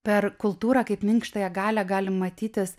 per kultūrą kaip minkštąją galią galim matytis